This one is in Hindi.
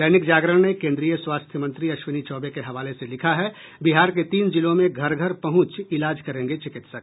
दैनिक जागरण ने कोन्द्रीय स्वास्थ्य मंत्री अश्विनी चौबे के हवाले से लिखा है बिहार के तीन जिलों में घर घर पहुंच इलाज करेंगे चिकित्सक